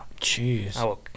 Jeez